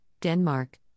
Denmark